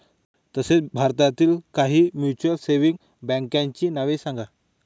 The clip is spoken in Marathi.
तसेच भारतातील काही म्युच्युअल सेव्हिंग बँकांची नावे सांगा